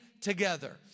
together